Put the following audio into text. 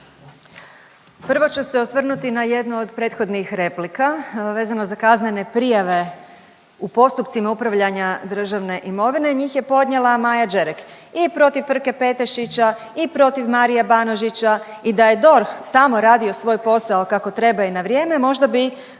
Prvo ću se osvrnuti na jednu od prethodnih replika, vezano za kaznene prijave u postupcima upravljanja Državne imovine, njih je podnijela Maja Đerek i protiv Frke Petešića i protiv Marija Banožića i da je DORH tamo radio svoj posao kako treba i na vrijeme, možda bi